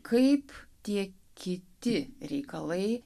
kaip tie kiti reikalai